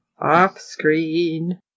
Off-screen